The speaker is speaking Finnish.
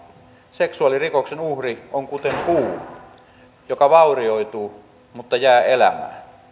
seksuaalirikoksen uhri on kuten puu joka vaurioituu mutta jää elämään